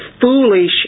foolish